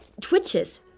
twitches